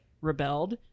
rebelled